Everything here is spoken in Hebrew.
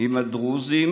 עם הדרוזים